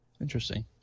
Interesting